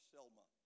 Selma